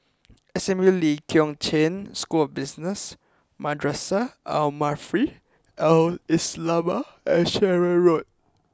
S M U Lee Kong Chian School of Business Madrasah Al Maarif Al Islamiah and Sherwood Road